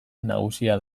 nagusia